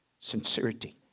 Sincerity